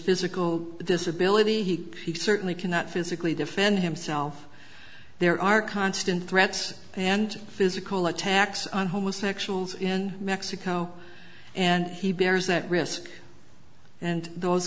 physical disability he certainly cannot physically defend himself there are constant threats and physical attacks on homosexuals in mexico and he bears that risk and those